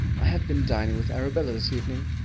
i have been dining with arabella this evening!